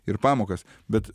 ir pamokas bet